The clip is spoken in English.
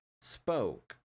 spoke